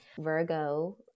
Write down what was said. Virgo